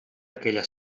aquella